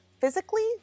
physically